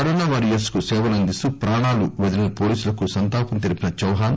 corona వారియర్ప్కు సేవలందిస్తూ ప్రాణాలు వదిలీన పోలీసులకు సంతాపం తెలీపిన చౌహాన్